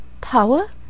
Power